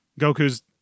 Goku's